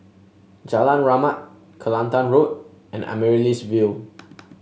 Jalan Rahmat Kelantan Road and Amaryllis Ville